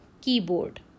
keyboard